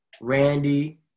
Randy